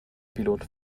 pilot